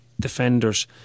defenders